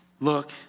look